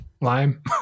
Lime